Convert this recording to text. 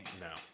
No